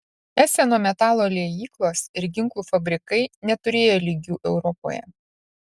eseno metalo liejyklos ir ginklų fabrikai neturėjo lygių europoje